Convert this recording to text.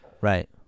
Right